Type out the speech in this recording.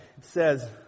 says